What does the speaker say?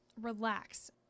relax